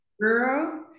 Girl